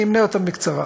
אני אמנה אותם בקצרה,